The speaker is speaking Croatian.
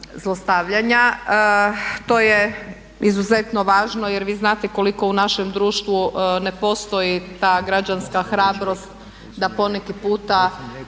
To je izuzetno važno jer vi znate koliko u našem društvu ne postoji ta građanska hrabrost da poneki puta